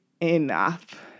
enough